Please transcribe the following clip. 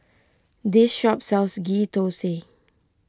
this shop sells Ghee Thosai